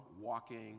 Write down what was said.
walking